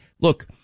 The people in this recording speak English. Look